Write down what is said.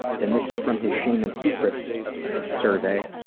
and this is from his shame and secrets survey.